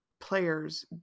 players